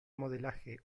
modelaje